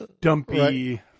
dumpy